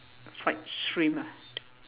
fried shrimp ah